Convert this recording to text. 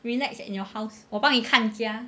relax in your house 我帮你看家